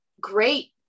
great